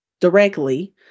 directly